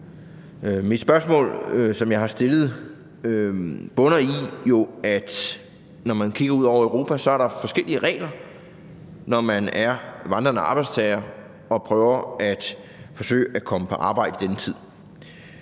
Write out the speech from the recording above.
Det spørgsmål, jeg har stillet, bunder i, at når vi kigger ud over Europa, er der i denne tid forskellige regler, hvis man er vandrende arbejdstager og forsøger at komme på arbejde. Det